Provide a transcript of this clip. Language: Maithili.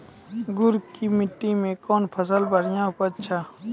गुड़ की मिट्टी मैं कौन फसल बढ़िया उपज छ?